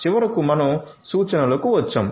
చివరకు మనం సూచనలకు వచ్చాము